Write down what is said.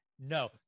No